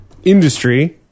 Industry